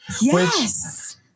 Yes